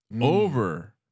Over